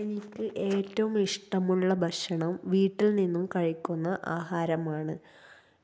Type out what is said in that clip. എനിക്ക് ഏറ്റവും ഇഷ്ടമുള്ള ഭക്ഷണം വീട്ടില്നിന്നും കഴിക്കുന്ന ആഹാരമാണ്